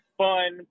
fun